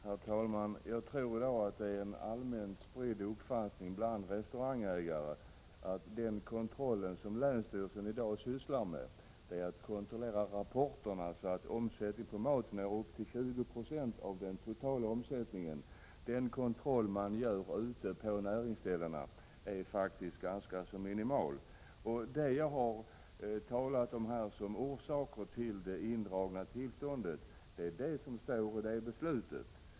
Herr talman! Jag tror att det är en allmänt spridd uppfattning bland restaurangägare att den kontroll som länsstyrelsen i dag sysslar med är en kontroll av rapporterna för att se om omsättningen på mat är 20 96 av den totala omsättningen. Den kontroll man gör ute på näringsställena är minimal. Det jag har nämnt här som orsaker till att tillståndet dragits in är vad som står i beslutet.